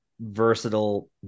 versatile